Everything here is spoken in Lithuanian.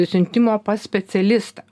siuntimo pas specialistą